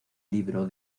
libro